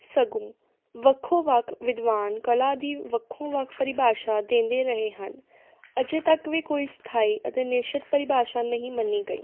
ਸਗੋਂ ਵੱਖੋ ਵੱਖ ਵਿਦਵਾਨ ਕਲਾ ਦੀ ਵੱਖੋ ਵੱਖ ਪਰਿਭਾਸ਼ਾ ਦਿੰਦੇ ਰਹੇ ਹਨ ਅਜੇ ਤੱਕ ਵੀ ਕੋਈ ਸਥਾਈ ਅਤੇ ਨਿਸ਼ਚਿਤ ਪਰਿਭਾਸ਼ਾ ਨਹੀਂ ਮੰਨੀ ਗਈ